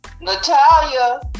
Natalia